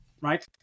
right